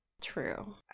True